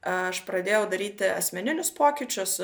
aš pradėjau daryti asmeninius pokyčius